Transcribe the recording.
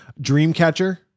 Dreamcatcher